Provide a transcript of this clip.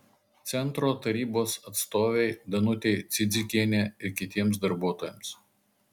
centro tarybos atstovei danutei cidzikienė ir kitiems darbuotojams